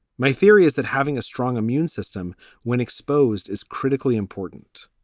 my theory is that having a strong immune system when exposed is critically important.